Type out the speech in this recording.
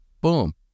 Boom